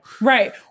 right